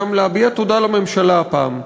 להביע תודה גם לממשלה הפעם.